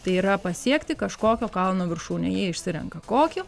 tai yra pasiekti kažkokio kalno viršūnę jie išsirenka kokį